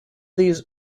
these